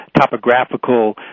topographical